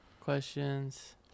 questions